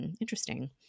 interesting